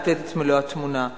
לתת את מלוא התמונה.